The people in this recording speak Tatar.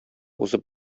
узып